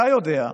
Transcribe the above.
אתה יודע,